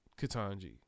Katanji